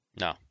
No